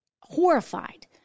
horrified